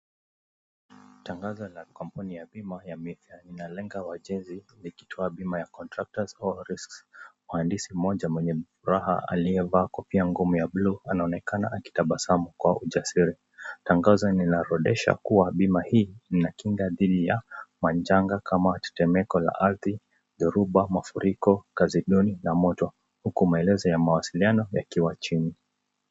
Tangazo la kampuni ya bima ya Mayfair, inalinda wajenzi likitoa bima ya cs[contractors all risks]cs.Mhandisi mmoja mwenye furaha ,aliyevaa kofia ngumu ya buluu anaonekana akitabasamu kwa ujasiri. Tangazo linaorodhesha kuwa bima hii inakinga dhidhi ya majanga kama; tetemeko la ardhi, dhoruba, mafuriko, kazi duni na moto, huku maelezo ya mawasiliano yakiwa chini.